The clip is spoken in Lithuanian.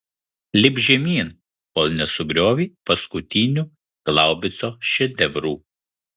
lipk žemyn kol nesugriovei paskutinių glaubico šedevrų